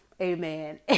amen